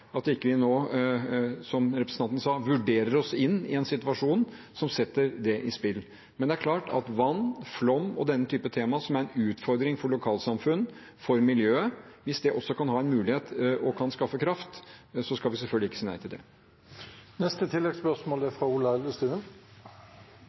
vi ikke nå, som representanten sa, vurderer oss inn i en situasjon som setter det i spill. Men det er klart at hvis vann, flom og den type tema, som er en utfordring for lokalsamfunn og for miljøet, også kan gi en mulighet og kan skaffe kraft, skal vi selvfølgelig ikke si nei til det.